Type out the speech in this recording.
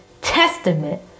testament